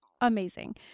amazing